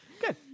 Good